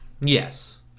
Yes